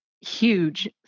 huge